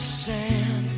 sand